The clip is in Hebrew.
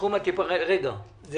זה